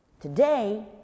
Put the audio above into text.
Today